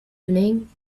evening